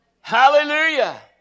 Hallelujah